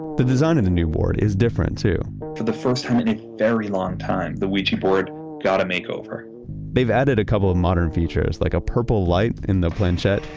the design of the new board is different too for the first time in a very long time, the ouija board got a makeover they've added a couple of modern features like a purple light in the planchet,